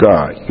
God